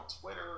Twitter